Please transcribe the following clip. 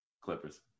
Clippers